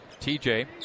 TJ